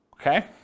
okay